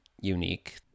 unique